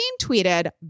tweeted